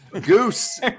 Goose